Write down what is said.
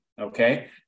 okay